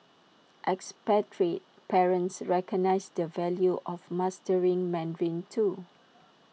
expatriate parents recognise the value of mastering Mandarin too